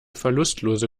verlustlose